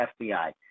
FBI